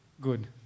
Good